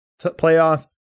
playoff